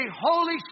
Holy